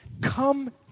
Come